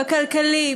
בכלכלי,